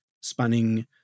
spanning